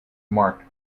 marked